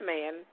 man